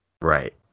right